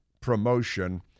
promotion